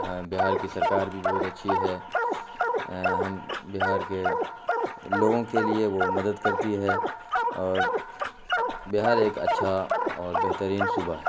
بہار کی سرکار بھی بہت اچھی ہے ہم بہار کے لوگوں کے لیے وہ مدد کرتی ہے اور بہار ایک اچھا اور بہترین صوبہ ہے